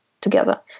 together